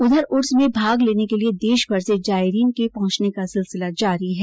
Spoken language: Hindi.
उधर उर्स में भाग लेने के लिए देशभर से जायरीन के पहंचने का सिलसिला जारी है